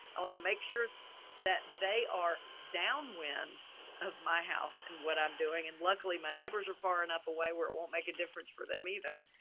i want to make sure that they are downwind of my house and what i'm doing and luckily my neighbors are far enough away where it won't make a difference for them either.